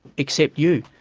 except you,